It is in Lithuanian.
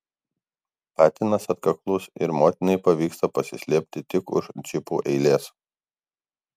patinas atkaklus ir motinai pavyksta pasislėpti tik už džipų eilės